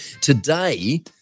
Today